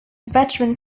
veteran